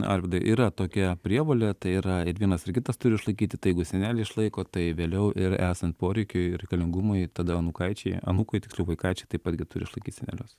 arvydai yra tokia prievolė tai yra ir vienas ir kitas turi išlaikyti tai jeigu seneliai išlaiko tai vėliau ir esant poreikiui ir reikalingumui tada anūkaičiai anūkai tiksliau vaikaičiai taip pat turi išlaikyt senelius